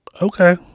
Okay